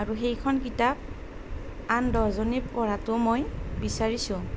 আৰু সেইখন কিতাপ আন দহজনে পঢ়াটো মই বিচাৰিছোঁ